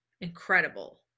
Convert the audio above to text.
incredible